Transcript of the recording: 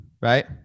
right